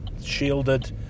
shielded